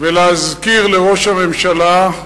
ולהזכיר לראש הממשלה,